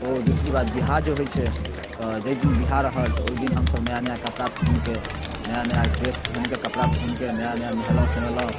ओ दुसरी बात ब्याह जे होइ छै तऽ जाहि दिन ब्याह रहत तऽ ओइ दिन हमसभ नया नया कपड़ा पहिनके नया नया ड्रेस पहिनके कपड़ा पहिनके नया नया नहेलहुँ सोनेलहुँ